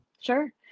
Sure